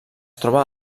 troba